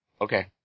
Okay